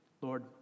Lord